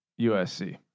USC